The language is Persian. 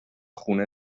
خونه